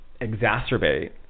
exacerbate